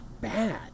bad